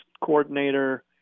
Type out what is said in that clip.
coordinator